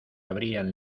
abrían